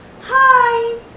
hi